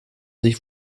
sich